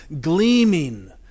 gleaming